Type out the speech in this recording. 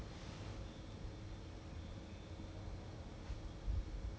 不懂 lah S_Q 的一个 D_G instructor called Andy